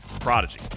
Prodigy